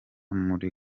muri